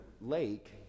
lake